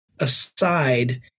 aside